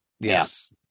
Yes